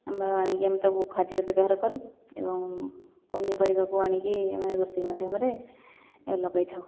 ଆମର ଆଣିକି ଆମେ ତାକୁ ଖାଦ୍ୟରେ ବ୍ୟବହାର କରୁ ଏବଂ ପନିପରିବାକୁ ଆଣିକି ଆମେ ରୋଷେଇ ମାଧ୍ୟମରେ ଲଗାଇ ଥାଉ